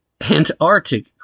Antarctic